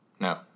No